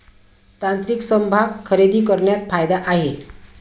तांत्रिक समभाग खरेदी करण्यात फायदा आहे